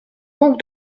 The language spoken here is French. donc